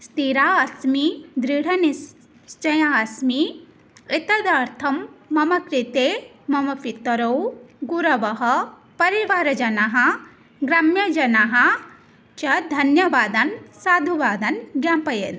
स्थिरा अस्मि दृढनिश्चया अस्मि एतदर्थं मम कृते मम पितरौ गुरवः परिवारजनाः ग्राम्यजनाः च धन्यवादान् साधुवादान् ज्ञापयन्ति